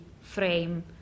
frame